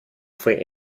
fue